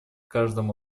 каждом